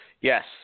Yes